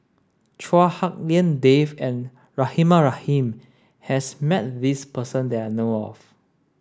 Chua Hak Lien Dave and Rahimah Rahim has met this person that I know of